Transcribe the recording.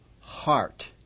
heart